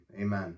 Amen